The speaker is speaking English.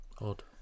odd